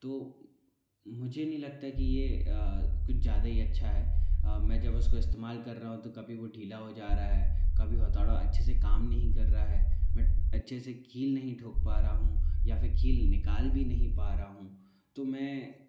तो मुझे नहीं लगता है कि ये कुछ ज़्यादा ही अच्छा है मैं जब उसको इस्तेमाल कर रहा हूँ तो कभी वो ढीला हो जा रहा है कभी हथौड़ा अच्छे से काम नहीं कर रहा है मैं अच्छे से कील नहीं ठोक पा रहा हूँ या फिर कील निकाल भी नहीं पा रहा हूँ तो मैं